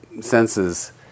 senses